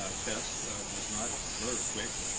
ah test was not very quick.